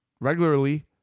regularly